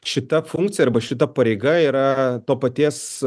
šita funkcija arba šita pareiga yra to paties